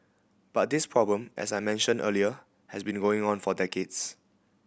but this problem as I mentioned earlier has been going on for decades